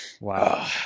wow